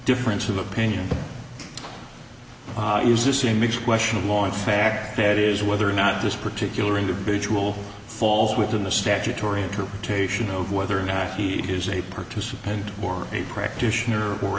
difference of opinion use this image question of law in fact that is whether or not this particular individual falls within the statutory interpretation of whether or not he is a participant or a practitioner or